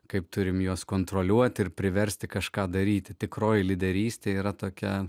kaip turime juos kontroliuoti ir priversti kažką daryti tikroji lyderystė yra tokia